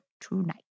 tonight